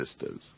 sisters